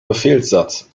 befehlssatz